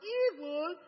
evil